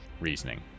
reasoning